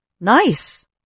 Nice